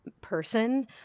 person